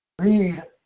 Read